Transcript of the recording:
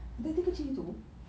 anting-anting kecil gitu